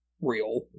real